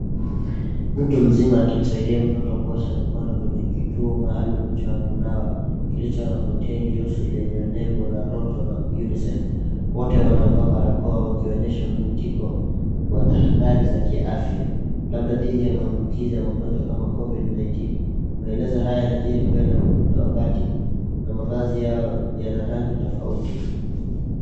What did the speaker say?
Mtu mzima akimsaidia mtoto kuosha mkono kwenye kituo maalum cha kunawa kilicho na container jeusi yenye nembo la Lotto na Unicef. Wote wanavaa barakoa wakionyesha mwitiko wa tadhari za kiafya labda dhidi ya maambukizi ya magonjwa kama Covid 19,maelezo haya yanajiri mbele ya ukuta wa mabati na mavazi yao yana rangi tofauti.